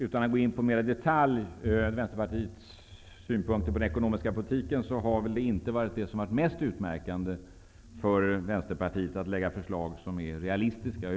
Utan att närmare gå in i detalj när det gäller Vänsterpartiets synpunkter på den ekonomiska politiken, kan man väl säga att realistiska förslag är inte det som har varit det mest utmärkande för Vänsterpartiet.